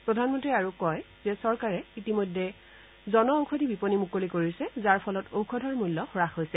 প্ৰধানমন্ত্ৰীয়ে আৰু কয় যে চৰকাৰে ইতিমধ্যে জন ঔষধি বিপণী মুকলি কৰিছে যাৰ ফলত ঔষধৰ মূল্য হাস হৈছে